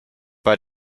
bei